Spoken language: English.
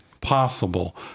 possible